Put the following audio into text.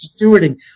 stewarding